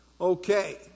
Okay